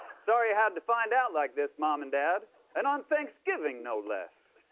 sorry you had to find out like this, mom and dad and on thanksgiving, no less.